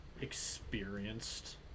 experienced